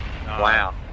Wow